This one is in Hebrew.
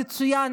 מצוין,